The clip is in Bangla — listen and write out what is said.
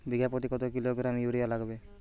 বিঘাপ্রতি কত কিলোগ্রাম ইউরিয়া লাগবে?